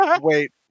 wait